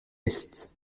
est